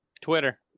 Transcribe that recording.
Twitter